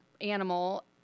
animal